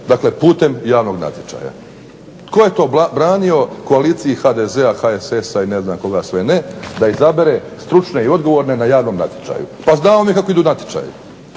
dakle putem javnog natječaja? Tko je to branio koaliciji HDZ-a, HSS-a i ne znam koga sve ne da izabere stručne i odgovorne na javnom natječaju. Pa znamo mi kako idu natječaji.